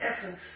essence